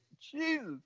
Jesus